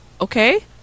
okay